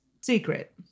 secret